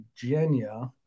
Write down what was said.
Virginia